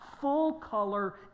full-color